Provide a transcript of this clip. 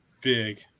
big